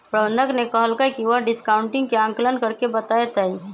प्रबंधक ने कहल कई की वह डिस्काउंटिंग के आंकलन करके बतय तय